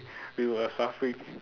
we were suffering